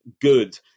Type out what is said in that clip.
good